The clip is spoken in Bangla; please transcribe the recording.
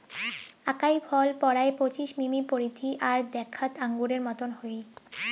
আকাই ফল পরায় পঁচিশ মিমি পরিধি আর দ্যাখ্যাত আঙুরের মতন হই